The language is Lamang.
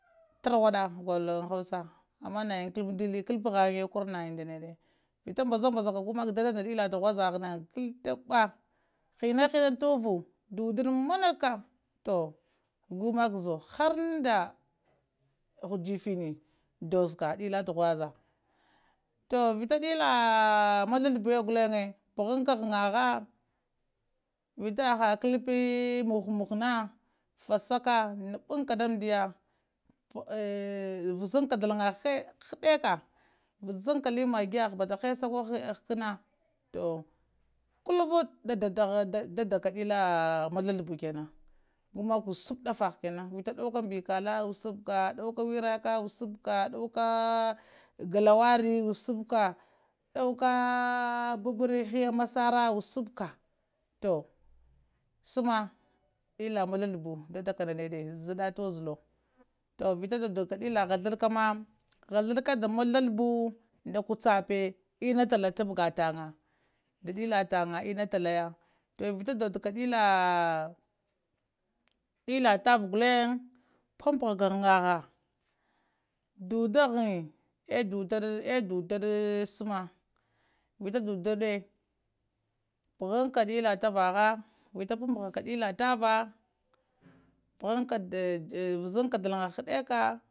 Tarwaɗa gollo nda hausa ama nayan kalpha ndili kəlpghaŋe kar nayin nɗane, vita mbaza mbazaka gumak daha nda dila tughwa zaha na ghunduba hina hina tuwuvu dudade munaka toh gumk zowo har nda hujifini dozzaka toh vita dila mathathabu gullen puhanka ghanha vita haba kəllpi mugh-mugha na fasakka ndabaŋ ka damdiya vazanka dalangaha ndam ndiya hadeka vazanka maggiyaha koh batta koh hessa koh ghəkəna toh kulvaə dadaka dila mathzlzzlabu kenan gumaka wusəpta daffaha kenan vita dauka mbirkalla wusap ka dauka wiraka wusap ka dauka gallawari wusap ka dauka babəri hiya massora wusap ka toh sama hilla maziazlabu dadaka nda nede zədda tozlo toli vita daddaka dilla ghazlarka ma ghazlarka nda mazlazlbu nda mazlzlabu nda kucape inatallah tabgatan da, adilatan matallaya toh vita dadka dila mla tavah gullen mpanpahaka ta ghəŋha duda ghəŋge eh dutada eh dutada sama vita duddade pahanka dila tavaha vita panpahaka dilla tavaha vita panpahaka dilla tavahvazaŋka dalaŋg haɗeka.